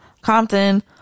Compton